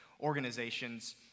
organizations